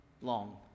long